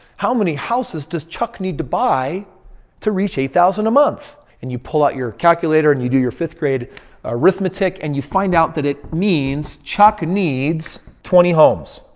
how many houses does chuck need to buy to reach eight thousand a month? and you pull out your calculator and you do your fifth grade arithmetic and you find out that it means chuck needs twenty homes.